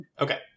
Okay